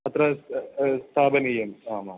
अत्र स्थापनीयम् आम् आं